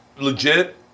legit